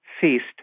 feast